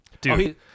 Dude